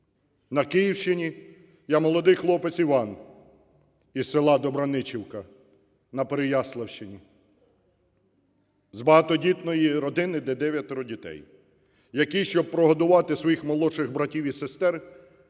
На Київщині - я молодий хлопець Іван із села Добраничівка на Переяславщині, з багатодітної родини, де дев'ятеро дітей, який, щоб прогодувати своїх молодших братів і сестер,